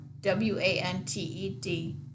W-A-N-T-E-D